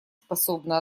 способно